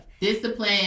Discipline